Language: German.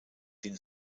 den